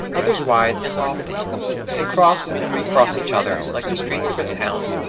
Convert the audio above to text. others wide and lofty they cross and re-cross each other, like the streets of a town,